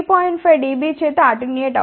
5 dB చేత attenuate అవుతుంది